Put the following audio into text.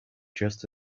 just